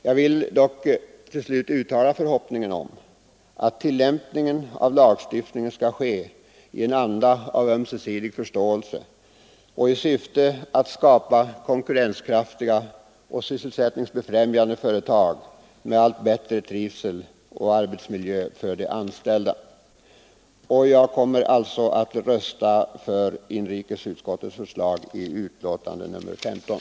Jag vill dock uttala förhoppningen att tillämpningen av lagstiftningen skall ske i en anda av ömsesidig förståelse och med syftet att skapa konkurrenskraftiga och sysselsättningsbefrämjande företag med allt bättre trivsel och arbetsmiljö för de anställda. Herr talman! Jag kommer alltså att rösta för inrikesutskottets hemställan i betänkandet nr 15.